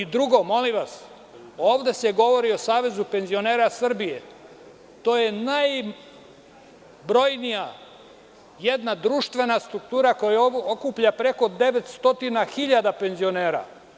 Drugo, ovde se govori o Savezu penzionera Srbije, a to je najbrojnija društvena struktura koja okuplja preko 900 hiljada penzionera.